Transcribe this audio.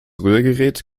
rührgerät